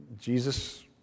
Jesus